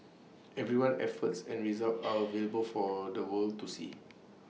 everyone's efforts and results are available for the world to see